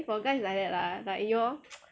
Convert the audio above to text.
I think for guys like that lah like you all